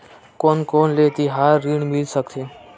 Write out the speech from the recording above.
कोन कोन ले तिहार ऋण मिल सकथे?